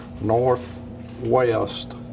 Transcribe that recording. northwest